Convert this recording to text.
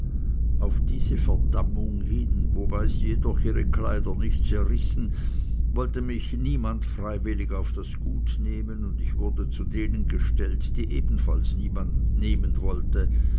auf diese verdammung hin wobei sie jedoch ihre kleider nicht zerrissen wollte mich niemand freiwillig auf das gut nehmen und ich wurde zu denen gestellt die ebenfalls niemand nehmen wollte